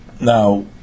Now